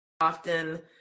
often